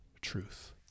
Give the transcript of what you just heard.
truth